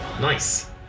Nice